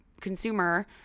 consumer